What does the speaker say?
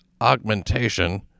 augmentation